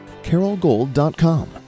carolgold.com